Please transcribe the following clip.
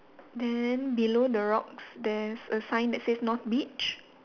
then below the rocks there's a sign that says north beach